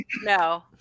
No